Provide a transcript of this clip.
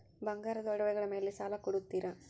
ಬಂಗಾರದ ಒಡವೆಗಳ ಮೇಲೆ ಸಾಲ ಕೊಡುತ್ತೇರಾ?